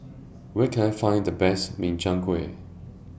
Where Can I Find The Best Makchang Gui